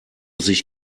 sich